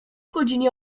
godzinie